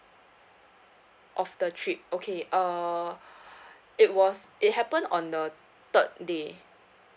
of the trip okay uh it was it happened on the third day